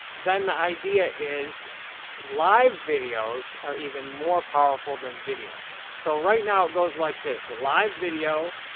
then, the idea is live videos are even more powerful than video so right now, it goes like this live video,